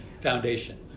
foundation